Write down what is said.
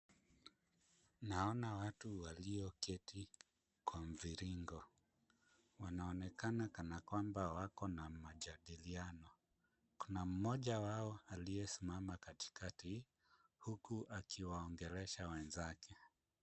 Naona watu walioketi kwa mviringo. Wanaonekana kana kwamba wako na majadiliano. Kuna mmoja wao aliyesimama katikati huku akiwaongelesha wenzake.